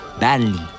badly